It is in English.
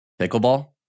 pickleball